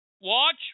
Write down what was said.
Watch